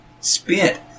spent